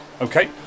Okay